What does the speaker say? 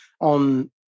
on